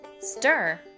Stir